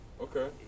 Okay